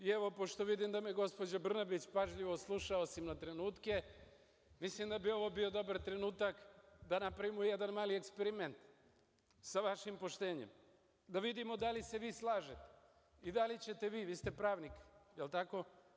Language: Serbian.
I, evo, pošto vidim da me gospođa Brnabić pažljivo sluša osim na trenutke, mislim da bi ovo bio dobar trenutak da napravimo jedan mali eksperiment sa vašim poštenjem, da vidimo da li se vi slažete i da li ćete vi, vi ste pravnik, jer tako?